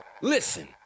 listen